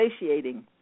satiating